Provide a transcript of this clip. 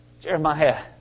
Jeremiah